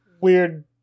Weird